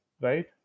Right